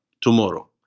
tomorrow